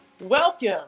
Welcome